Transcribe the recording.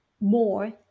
more